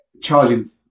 Charging